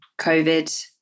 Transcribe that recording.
covid